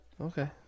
Okay